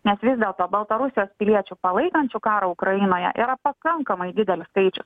nes vis dėlto baltarusijos piliečių palaikančių karą ukrainoje yra pakankamai didelis skaičius